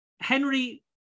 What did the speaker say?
Henry